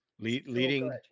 Leading